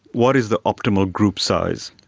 what is the optimal group size?